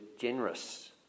generous